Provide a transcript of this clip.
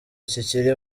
kikiri